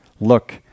Look